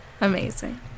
Amazing